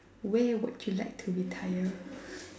way what you like to retire